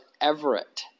Everett